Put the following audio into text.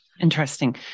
interesting